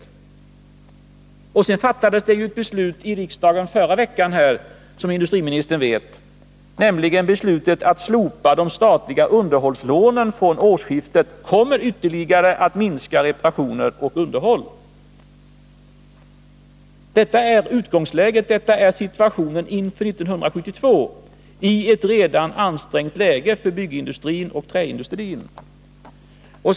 I förra veckan fattades, som industriministern vet, ett beslut i riksdagen att från årsskiftet slopa de statliga underhållslånen. Det kommer att ytterligare minska reparationerna och underhållen. Detta är utgångsläget och situationen inför 1982 i ett redan ansträngt läge för byggindustrin och träindustrin.